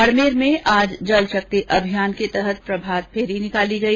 बाड़मेर में आज जल शक्ति अभियान के तहत प्रभात फेरी निकाली गई